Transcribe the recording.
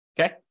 okay